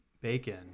bacon